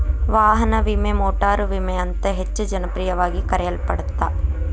ವಾಹನ ವಿಮೆ ಮೋಟಾರು ವಿಮೆ ಅಂತ ಹೆಚ್ಚ ಜನಪ್ರಿಯವಾಗಿ ಕರೆಯಲ್ಪಡತ್ತ